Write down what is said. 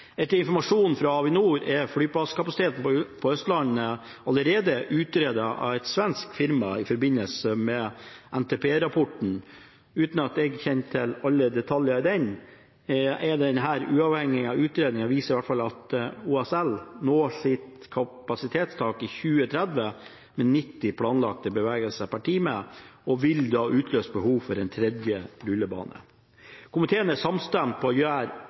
Etter informasjon fra Avinor er flyplasskapasiteten på Østlandet allerede utredet av et svensk firma i forbindelse med NTP-rapporten uten at jeg er kjent med alle detaljene i denne. Denne uavhengige utredningen viser i hvert fall at OSL når sitt kapasitetstak i 2030 med 90 planlagte bevegelser per time og da vil utløse behov for en tredje rullebane. Komiteen er samstemt om å gjøre